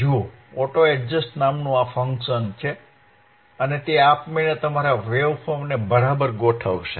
જુઓ auto adjust નામનું એક ફંક્શન છે અને તે આપમેળે તમારા વેવફોર્મ ને બરાબર ગોઠવશે